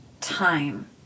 time